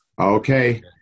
Okay